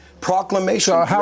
Proclamation